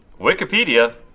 Wikipedia